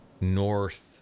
north